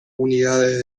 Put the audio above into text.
unidades